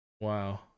Wow